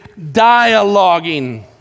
dialoguing